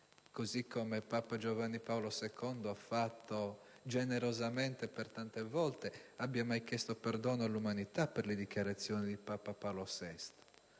così come Papa Giovanni Paolo II ha fatto generosamente per tante volte; non mi pare abbia mai chiesto perdono all'umanità per le dichiarazioni di papa Paolo VI.